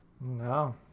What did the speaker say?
No